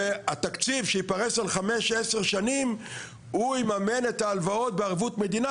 והתקציב שייפרס על 5-10 שנים הוא יממן את ההלוואות בערבות מדינה,